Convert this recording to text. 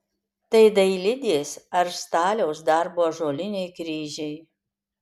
tai dailidės ar staliaus darbo ąžuoliniai kryžiai